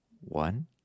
one